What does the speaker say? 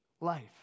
life